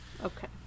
Okay